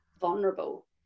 vulnerable